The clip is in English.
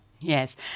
Yes